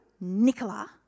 Nicola